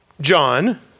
John